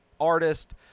artist